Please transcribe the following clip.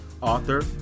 author